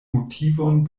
motivon